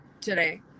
today